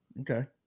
Okay